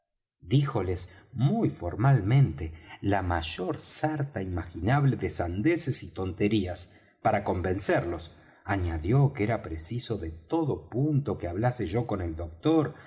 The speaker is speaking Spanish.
díjoles muy formalmente la mayor sarta imaginable de sandeces y tonterías para convencerlos añadió que era preciso de todo punto que hablase yo con el doctor